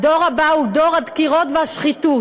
הדור הבא הוא דור הדקירות והשחיטות".